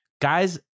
Guys